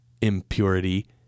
impurity